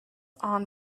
aunt